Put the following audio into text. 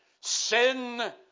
Sin